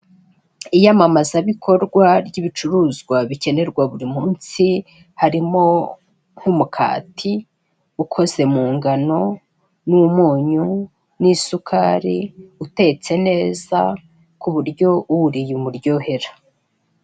Iyamamazabikorwa ry'ibicuruzwa bikenerwa buri munsi, harimo nk'umukati ukoze mu ngano n'umunyu n'isukari, utetse neza ku buryo uwuriye umuryohera.